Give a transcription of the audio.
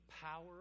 power